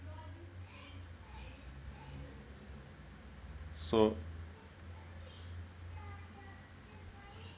so